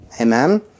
Amen